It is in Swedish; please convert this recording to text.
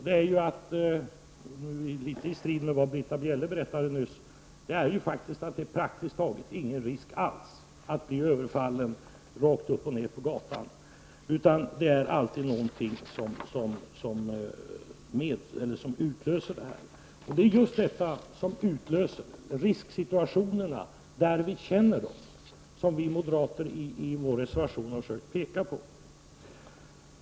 Vad han har påpekat står litet i strid med vad Britta Bjelle nyss berättade, nämligen att det praktiskt taget inte är någon risk alls att man så att säga blir överfallen rakt upp och ned på gatan. Det är i stället alltid någonting som utlöser överfallet. Det är just detta, att man bör straffbelägga knivinnehav i de situationer där risken för våldsbrott är störst, som vi moderater i vår reservation har försökt peka på.